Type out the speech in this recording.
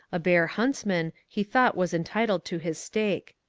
a bear huntsman he thought was entitled to his steak.